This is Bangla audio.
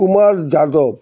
কুমার যাদব